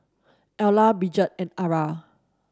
Ayla Brigid and Arra